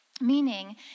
meaning